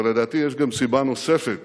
אבל, לדעתי, יש גם סיבה נוספת